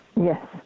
Yes